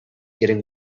getting